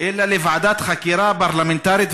אלא לוועדת חקירה פרלמנטרית,